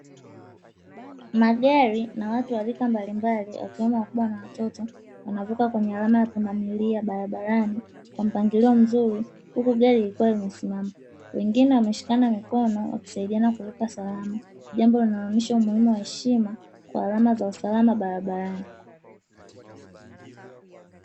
Magari na watu wa rika mbalimbali wakiwemo wakubwa na watoto, wanavuka kwenye alama ya pundamilia barabarani kwa mpangilio mzuri huku gari ikiwa imesimama, wengine wakishikana mikono wakisaidiana kuvuka salama, jambo linaloonyesha umuhimu wa heshima kwa alama za usalama barabarani.